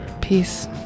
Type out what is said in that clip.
Peace